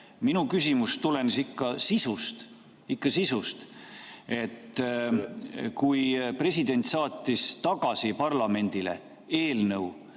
Minu küsimus tulenes ikka sisust. Ikka sisust. Kui president saatis tagasi parlamendile eelnõu,